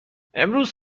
امروز